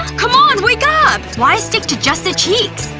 c'mon, wake up! why stick to just the cheeks?